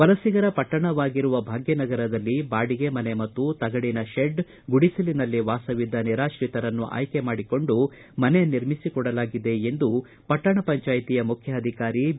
ವಲಸಿಗರ ಪಟ್ಟಣವಾಗಿರುವ ಭಾಗ್ಯನಗರದಲ್ಲಿ ಬಾಡಿಗೆ ಮನೆ ಮತ್ತು ತಗಡಿನ ಶೆಡ್ ಗುಡಿಸಲಿನಲ್ಲಿ ವಾಸವಿದ್ದ ನಿರಾತ್ರಿತರನ್ನು ಆಯ್ಕೆ ಮಾಡಿಕೊಂಡು ಮನೆ ನಿರ್ಮಿಸಿಕೊಡಲಾಗಿದೆ ಎಂದು ಪಟ್ಟಣ ಪಂಚಾಯತಿಯ ಮುಖ್ಯಾಧಿಕಾರಿ ಬಿ